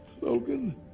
Logan